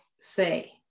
say